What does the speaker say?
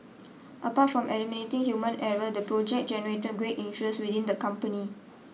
apart from eliminating human error the project generated great interest within the company